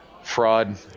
fraud